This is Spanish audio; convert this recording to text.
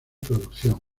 producción